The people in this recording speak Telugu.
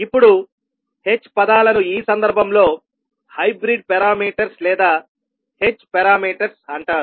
ఇప్పుడు h పదాలను ఈ సందర్భంలో హైబ్రిడ్ పారామీటర్స్ లేదా h పారామీటర్స్ అంటారు